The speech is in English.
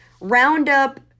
Roundup